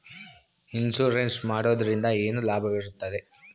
Insurance ಮಾಡೋದ್ರಿಂದ ಏನು ಲಾಭವಿರುತ್ತದೆ?